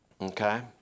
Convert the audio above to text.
Okay